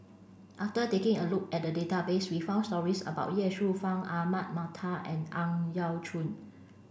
after taking a look at the database we found stories about Ye Shufang Ahmad Mattar and Ang Yau Choon